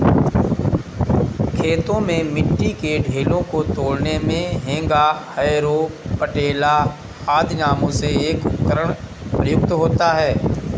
खेतों में मिट्टी के ढेलों को तोड़ने मे हेंगा, हैरो, पटेला आदि नामों से एक उपकरण प्रयुक्त होता है